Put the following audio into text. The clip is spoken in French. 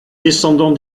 descendants